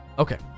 Okay